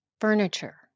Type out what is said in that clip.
furniture